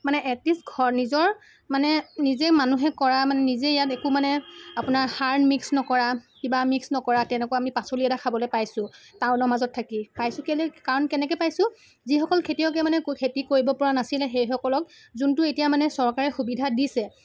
মানে এট লিষ্ট ঘৰ নিজৰ মানে নিজে মানুহে কৰা মানে নিজে ইয়াত একো মানে আপোনাৰ সাৰ মিক্স নকৰা কিবা মিক্স নকৰা তেনেকুৱা আমি পাচলি এটা খাবলৈ পাইছো টাউনৰ মাজত থাকি পাইছো কেলেই কাৰণ কেনেকৈ পাইছো যিসকল খেতিয়কে মানে খেতি কৰিব পৰা নাছিলে সেইসকলক যোনটো এতিয়া মানে চৰকাৰে সুবিধা দিছে